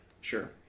sure